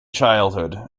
childhood